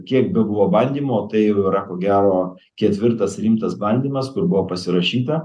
kiek bebuvo bandymų o tai yra ko gero ketvirtas rimtas bandymas kur buvo pasirašyta